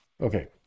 Okay